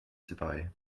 séparer